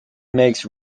makes